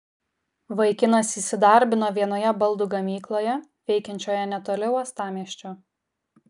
vaikinas įsidarbino vienoje baldų gamykloje veikiančioje netoli uostamiesčio